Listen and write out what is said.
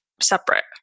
separate